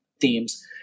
themes